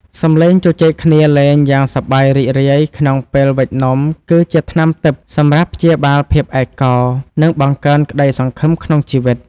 សម្លេងជជែកគ្នាលេងយ៉ាងសប្បាយរីករាយក្នុងពេលវេចនំគឺជាថ្នាំទិព្វសម្រាប់ព្យាបាលភាពឯកោ និង បង្កើនក្ដីសង្ឃឹមក្នុងជីវិត។